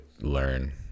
learn